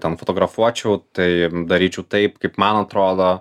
ten fotografuočiau tai daryčiau taip kaip man atrodo